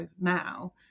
now